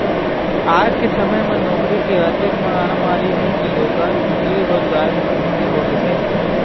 आज के समे म नउकरी के अतेक मारामारी हे के लोगन तीर रोजगार के समस्या होगे हे